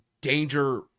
danger